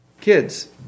Kids